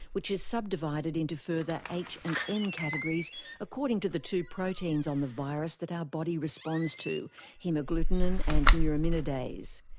which is subdivided into so further h and n categories according to the two proteins on the virus that our body responds to hemagglutinin and neuraminidase.